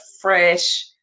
fresh